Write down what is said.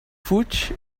fuig